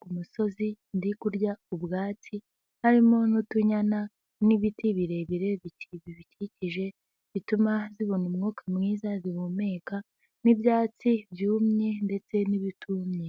ku musozi riri kurya ubwatsi harimo n'utunyana n'ibiti birebire bibikikije bituma zibona umwuka mwiza zihumeka n'ibyatsi byumye ndetse n'ibitumye.